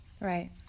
right